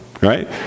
Right